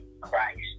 Christ